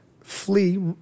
flee